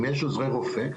אם יש עוזרי רופא,